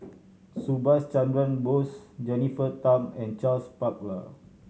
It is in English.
Subhas Chandra Bose Jennifer Tham and Charles Paglar